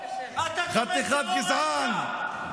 אתה וכל הגזענים.